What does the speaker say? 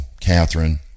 Catherine